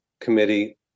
committee